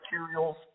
Materials